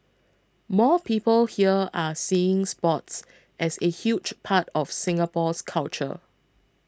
more people here are seeing sports as a huge part of Singapore's culture